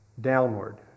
downward